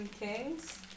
Kings